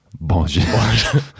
Bonjour